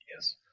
Yes